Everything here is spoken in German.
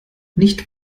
nicht